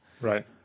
Right